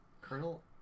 Colonel